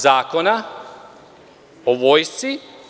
Zakona o vojsci?